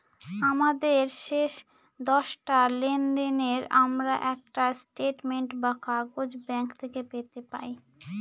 আমাদের শেষ দশটা লেনদেনের আমরা একটা স্টেটমেন্ট বা কাগজ ব্যাঙ্ক থেকে পেতে পাই